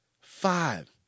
Five